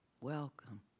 Welcome